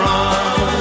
Run